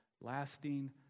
lasting